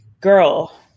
girl